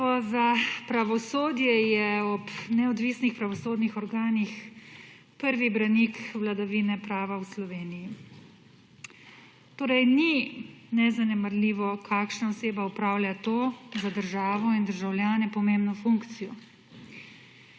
Ministrstvo za pravosodje je ob neodvisnih pravosodnih organih prvi branik vladavine prava v Sloveniji. Torej ni nezanemarljivo, kakšna oseba opravlja to za državo in državljane pomembno funkcijo.